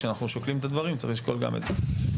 כשאנחנו שוקלים את הדברים צריך לשקול גם את זה.